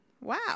Wow